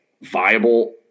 viable